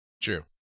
True